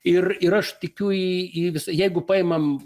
ir ir aš tikiu į į vis jeigu paimame